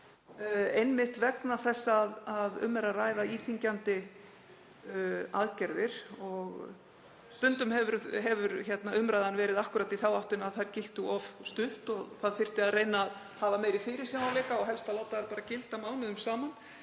einmitt vegna þess að um er að ræða íþyngjandi aðgerðir. Stundum hefur umræðan verið akkúrat í þá áttina að þær giltu of stutt og það þyrfti að reyna að hafa meiri fyrirsjáanleika og helst að láta þær bara gilda mánuðum saman.